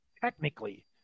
technically